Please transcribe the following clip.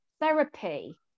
therapy